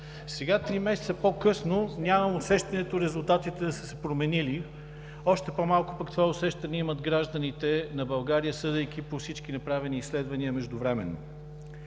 Сега – три месеца по-късно, нямам усещането резултатите да са се променили. Още по-малко пък това усещане имат гражданите на България, съдейки по всички направени изследвания междувременно.